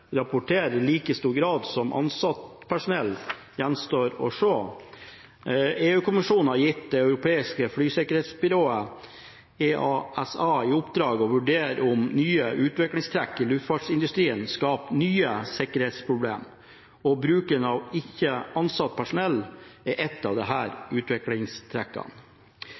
gjenstår å se. EU-kommisjonen har gitt Det europeiske flysikkerhetsbyrået, EASA, i oppdrag å vurdere om nye utviklingstrekk i luftfartsindustrien skaper nye sikkerhetsproblemer, og bruken av ikke-ansatt personell er ett av disse utviklingstrekkene. Det